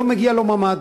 לא מגיע לו ממ"ד,